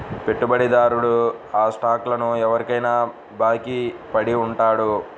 పెట్టుబడిదారుడు ఆ స్టాక్లను ఎవరికైనా బాకీ పడి ఉంటాడు